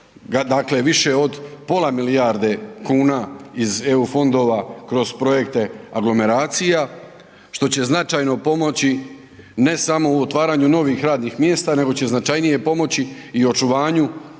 više od pola milijarde kuna iz EU fondova kroz projekte aglomeracija, što će značajno pomoći, ne samo u otvaranju novih radnih mjesta nego će značajnije pomoći i očuvanju,